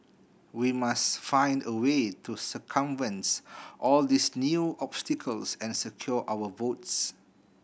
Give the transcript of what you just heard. we must find a way to circumvents all these new obstacles and secure our votes